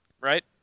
right